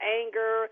anger